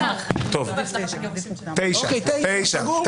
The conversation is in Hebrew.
את הישיבה